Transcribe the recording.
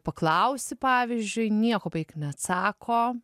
paklausi pavyzdžiui nieko beveik neatsako